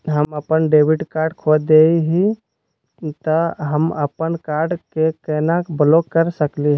हम अपन debit card खो दे ही, त हम अप्पन कार्ड के केना ब्लॉक कर सकली हे?